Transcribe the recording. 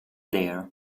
there